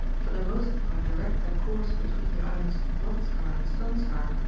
for the most part direct their course between the islands rothskar and stoneskar,